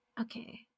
okay